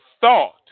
thought